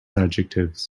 adjectives